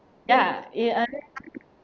ya